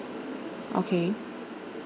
okay